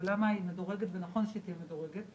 למה היא מדורגת ונכון שהיא תהיה מדורגת,